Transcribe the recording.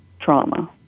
trauma